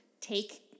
take